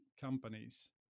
companies